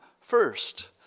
first